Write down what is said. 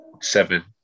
seven